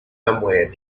somewhere